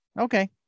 Okay